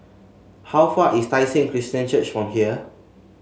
how far is Tai Seng Christian Church from here